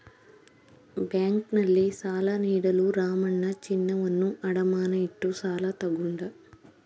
ಬ್ಯಾಂಕ್ನಲ್ಲಿ ಸಾಲ ನೀಡಲು ರಾಮಣ್ಣ ಚಿನ್ನವನ್ನು ಅಡಮಾನ ಇಟ್ಟು ಸಾಲ ತಗೊಂಡ